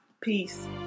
Peace